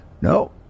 No